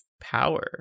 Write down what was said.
power